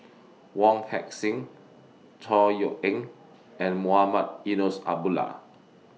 Wong Heck Sing Chor Yeok Eng and Mohamed Eunos Abdullah